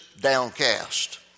downcast